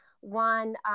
one